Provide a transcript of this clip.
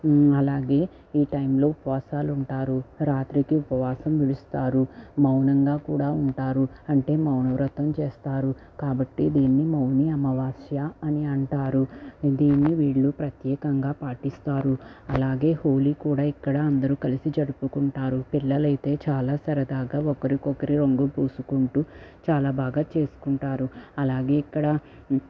అలాగే ఈ టైంలో ఉపవాసాలు ఉంటారు రాత్రికి ఉపవాసం విడుస్తారు మౌనంగా కూడా ఉంటారు అంటే మౌనవ్రతం చేస్తారు కాబట్టి దీన్ని మౌని అమావాస్య అని అంటారు దీన్ని వీళ్లు ప్రత్యేకంగా పాటి స్తారు అలాగే హోలీ కూడా ఇక్కడ అందరూ కలిసి జరుపుకుంటారు పిల్లలైతే చాలా సరదాగా ఒకరికొకరు పూసుకుంటూ చాలా బాగా చేసుకుంటారు అలాగే ఇక్కడ